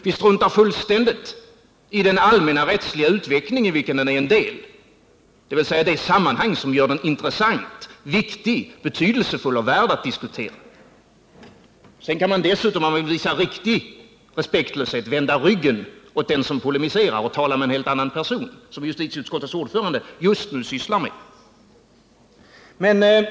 Vi struntar fullständigt i den allmänrättsliga utvecklingen i vilken den är en del, dvs. det sammanhang som gör den intressant, viktig, betydelsefull och värd att diskutera. Sedan kan man dessutom, om man vill visa riktig respektlöshet, vända den ryggen med vilken man polemiserar och tala med en helt annan person, något som justitieutskottets ordförande just nu sysslar med.